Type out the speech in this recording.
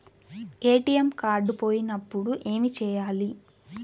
ATM card పోయినప్పుడు ఏమి చేయాలి?